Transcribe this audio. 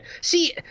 See